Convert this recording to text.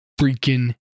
freaking